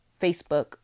Facebook